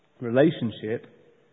Relationship